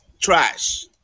trash